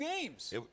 games